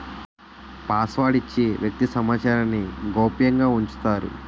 password ఇచ్చి వ్యక్తి సమాచారాన్ని గోప్యంగా ఉంచుతారు